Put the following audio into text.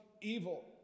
evil